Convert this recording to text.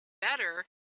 better